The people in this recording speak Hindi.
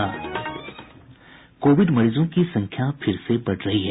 कोविड मरीजों की संख्या फिर से बढ़ रही है